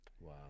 Wow